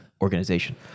organization